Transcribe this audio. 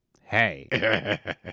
Hey